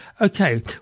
Okay